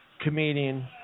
comedian